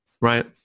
Right